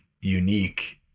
unique